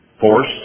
force